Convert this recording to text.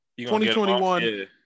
2021